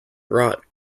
rot